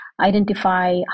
identify